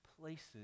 places